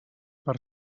per